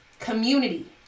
community